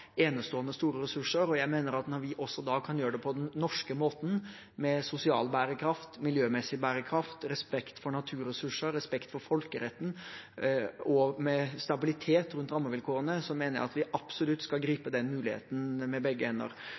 enestående store ressurser, og jeg mener at når vi også kan gjøre det på den norske måten, med sosial bærekraft, miljømessig bærekraft, respekt for naturressurser, respekt for folkeretten og med stabilitet rundt rammevilkårene, skal vi absolutt gripe den muligheten med begge hender.